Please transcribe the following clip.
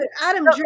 Adam